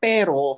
Pero